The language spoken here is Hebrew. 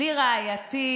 בלי "רעייתי",